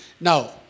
Now